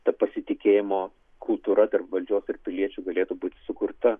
ta pasitikėjimo kultūra tarp valdžios ir piliečių galėtų būti sukurta